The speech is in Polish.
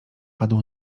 padł